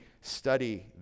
study